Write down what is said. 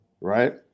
Right